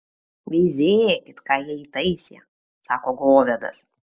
veizėkit ką jie įtaisė sako govedas